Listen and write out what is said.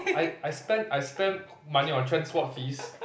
I I spend I spend money on transport fees